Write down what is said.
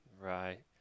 Right